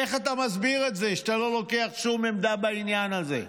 איך אתה מסביר את זה שאתה לא לוקח שום עמדה בעניין הזה?